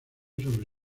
sobre